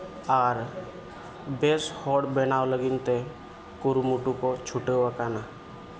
ᱟᱨ ᱵᱮᱹᱥ ᱦᱚᱲ ᱵᱮᱱᱟᱣ ᱞᱟᱹᱜᱤᱫ ᱛᱮ ᱠᱩᱨᱩᱢᱩᱴᱩ ᱠᱚ ᱪᱷᱩᱴᱟᱹᱣ ᱟᱠᱟᱱᱟ